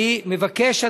אני מבקש,